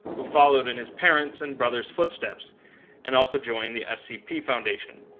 who followed in his parents and brother's footsteps and also joined the scp foundation.